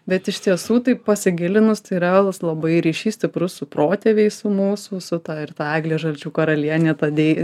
bet iš tiesų taip pasigilinus tai realus labai ryšys stiprus su protėviais su mūsų su ta ir ta eglė žalčių karalienė bei